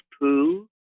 Pooh